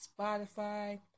Spotify